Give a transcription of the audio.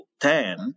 ten